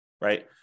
right